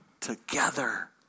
together